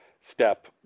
step